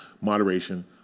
Moderation